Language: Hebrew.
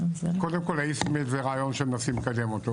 קודם כל האיסטמד זה רעיון שמנסים לקדם אותו.